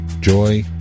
joy